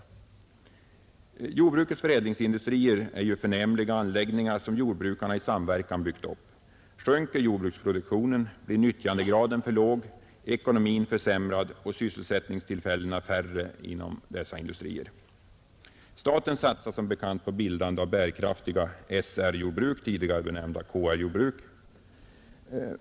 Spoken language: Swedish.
Jordbrukets förädlingsindustrier är ju förnämliga anläggningar som jordbrukarna i samverkan byggt upp. Sjunker jordbruksproduktionen blir nyttjandegraden för låg, ekonomin försämrad och sysselsättningstillfällena färre inom dessa industrier. Staten satsar som bekant på bildande av bärkraftiga SR-jordbruk, tidigare benämnda KR-jordbruk.